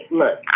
look